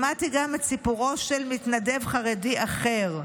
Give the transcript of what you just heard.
שמעתי גם את סיפורו של מתנדב חרדי אחר,